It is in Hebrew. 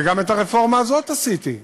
וגם את הרפורמה הזאת עשיתי,